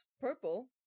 purple